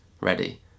ready